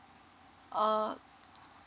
uh